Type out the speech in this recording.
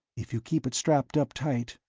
if you keep it strapped up tight